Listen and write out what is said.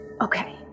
Okay